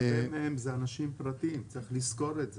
הרבה מהם הם אנשים פרטיים, צריך לזכור את זה.